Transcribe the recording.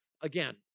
again